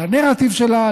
לנרטיב שלה,